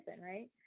right